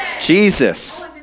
Jesus